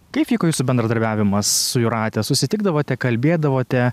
kaip vyko jūsų bendradarbiavimas su jūrate susitikdavote kalbėdavote